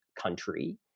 country